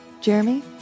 jeremy